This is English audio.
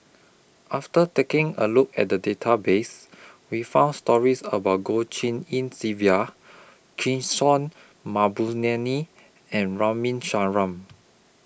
after taking A Look At The Database We found stories about Goh Tshin En Sylvia and Ramin